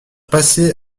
passer